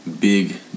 big